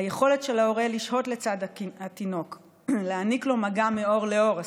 היכולת של ההורה לשהות לצד התינוק ולהעניק לו מגע מעור לעור,